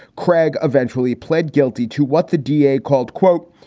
craig eventually pled guilty to what the d a. called, quote,